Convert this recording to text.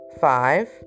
Five